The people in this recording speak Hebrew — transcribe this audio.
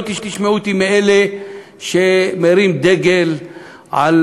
ולא תשמעו אותי בין אלה שמרימים דגל על